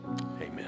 amen